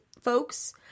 folks